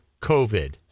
COVID